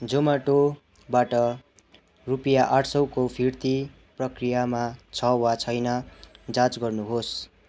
जोम्याटोबाट रुपियाँ आठ सयको फिर्ती प्रक्रियामा छ वा छैन जाँच गर्नु होस्